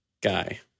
guy